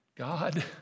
God